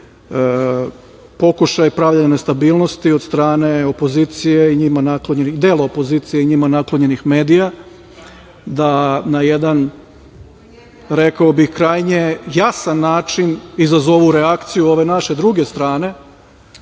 pokušaj pravljenja nestabilnosti od strane dela opozicije i njima naklonjenih medija da na jedan, rekao bih, krajnje jasan način izazovu reakciju ove naše druge strane